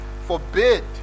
forbid